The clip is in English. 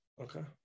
okay